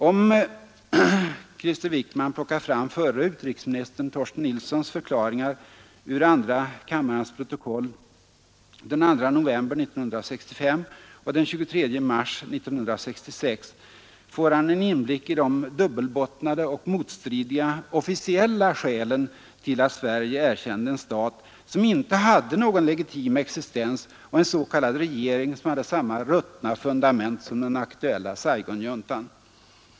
Om Krister Wickman plockar fram förre utrikesministern Torsten Nilssons förklaringar ur andra kammarens protokoll den 2 november 1965 och den 23 mars 1966 får han en inblick i de dubbelbottnade och motstridiga officiella skälen till att Sverige erkände en stat som inte hade någon legitim existens och en s.k. regering som hade samma ruttna fundament som den aktuella Saigonjuntan.